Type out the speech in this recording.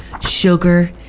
Sugar